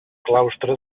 claustre